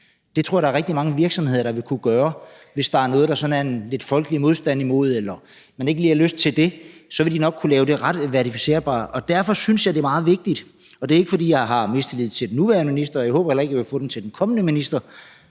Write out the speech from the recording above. Det tror jeg der er rigtig mange virksomheder der vil kunne gøre, hvis der er noget, der sådan er lidt folkelig modstand imod, og hvis de ikke lige har lyst til det, så vil de nok kunne lave det ret verificerbart. Og derfor synes jeg, det er meget vigtigt – og det er ikke, fordi jeg har mistillid til den nuværende minister, og jeg håber heller ikke, jeg får det til den kommende minister